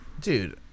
dude